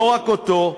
לא רק אותו,